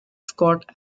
scott